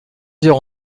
heures